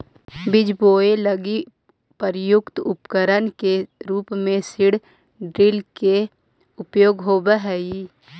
बीज बोवे लगी प्रयुक्त उपकरण के रूप में सीड ड्रिल के उपयोग होवऽ हई